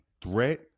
threat